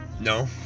no